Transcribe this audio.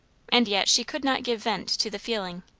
and yet she could not give vent to the feeling.